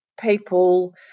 people